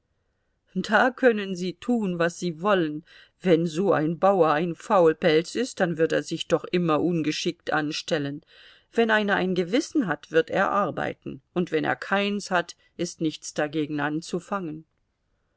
da können sie tun was sie wollen wenn so ein bauer ein faulpelz ist dann wird er sich doch immer ungeschickt anstellen wenn einer ein gewissen hat wird er arbeiten und wenn er keins hat ist nichts dagegen anzufangen